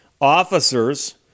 Officers